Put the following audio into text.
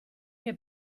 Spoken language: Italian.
che